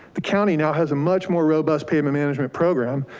the county now has a much more robust pavement management program.